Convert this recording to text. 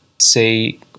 say